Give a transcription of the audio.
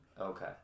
Okay